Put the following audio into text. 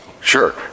sure